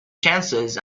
chances